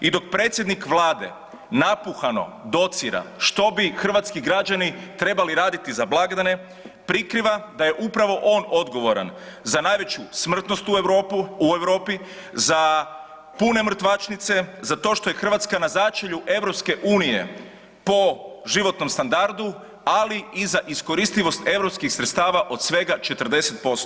I dok predsjednik vlade napuhano docira što bi hrvatski građani trebali raditi za blagdane prikriva da je upravo on odgovoran za najveću smrtnost u Europi, za pune mrtvačnice, za to što je Hrvatska na začelju EU po životnom standardu, ali i za iskoristivost europskih sredstava od svega 40%